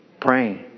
Praying